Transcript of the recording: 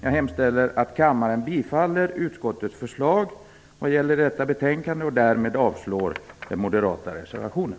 Jag hemställer att kammaren bifaller utskottets förslag i detta betänkande och därmed avslår den moderata reservationen.